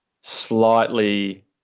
Slightly